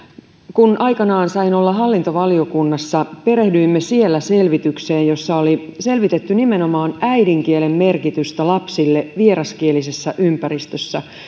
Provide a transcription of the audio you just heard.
kun aikanaan sain olla hallintovaliokunnassa perehdyimme siellä selvitykseen jossa oli selvitetty nimenomaan äidinkielen merkitystä lapsille vieraskielisessä ympäristössä